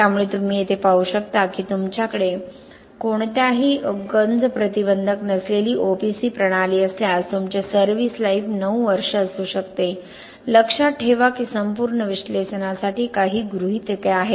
त्यामुळे तुम्ही येथे पाहू शकता की तुमच्याकडे कोणत्याही गंज प्रतिबंधक नसलेली OPC प्रणाली असल्यास तुमचे सर्व्हिस लाईफ 9 वर्षे असू शकते लक्षात ठेवा की संपूर्ण विश्लेषणासाठी काही गृहीतके आहेत